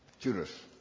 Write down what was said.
Judas